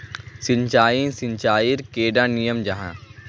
सिंचाई सिंचाईर कैडा नियम जाहा?